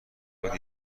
باید